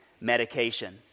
medication